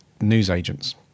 newsagents